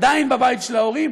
עדיין בבית של ההורים,